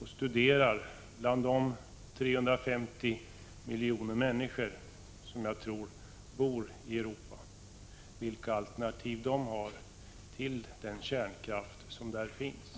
och studera bland de 350 miljoner människor som jag tror bor där vilka alternativ de har till den kärnkraft som där finns.